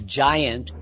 giant